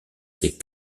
ces